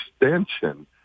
extension